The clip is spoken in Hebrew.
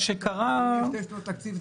--- כשיש שתי שנות תקציב,